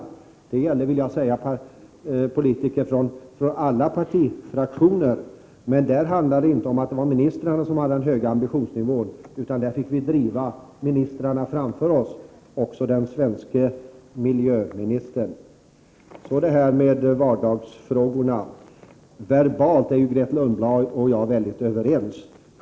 Detta gäller politiker från alla partifraktioner. Men där var det inte ministrarna som hade den höga ambitionsnivån, utan vi fick driva ministrarna framför oss — även särskilt den svenska miljöministern. När det gäller vardagsfrågorna är Grethe Lundblad och jag verbalt mycket överens.